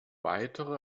weitere